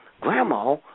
Grandma